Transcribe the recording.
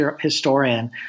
historian